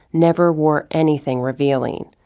never wore anything revealing.